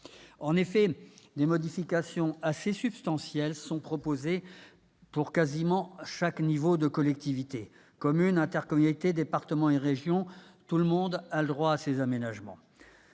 En effet, des modifications assez substantielles sont proposées pour quasiment chaque niveau de collectivités. Communes, intercommunalités, départements et régions, tout le monde a droit à ses aménagements.